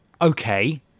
okay